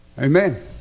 Amen